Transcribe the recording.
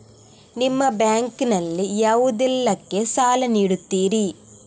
ನಿಮ್ಮ ಬ್ಯಾಂಕ್ ನಲ್ಲಿ ಯಾವುದೇಲ್ಲಕ್ಕೆ ಸಾಲ ನೀಡುತ್ತಿರಿ?